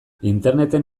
interneten